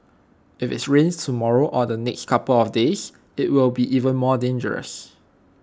if it's rains tomorrow or the next couple of days IT will be even more dangerous